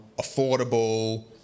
affordable